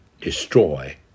destroy